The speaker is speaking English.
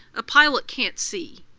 a pilot can't see,